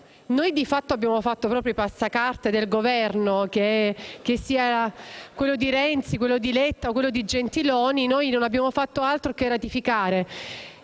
molto spesso, abbiamo fatto proprio i passacarte del Governo, che fosse quello di Renzi, quello di Letta o quello di Gentiloni Silveri. Noi non abbiamo fatto altro che ratificare.